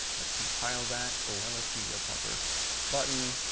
let's compile that, oh and let's be real proper button,